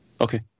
Okay